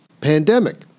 pandemic